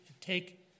take